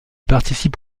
participe